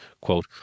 quote